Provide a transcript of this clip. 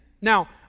Now